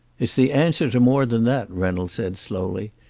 it's the answer to more than that, reynolds said slowly.